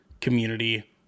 community